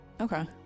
Okay